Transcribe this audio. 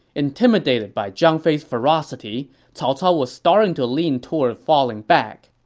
intimidated by zhang fei's ferocity, cao cao was starting to lean toward falling back.